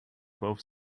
both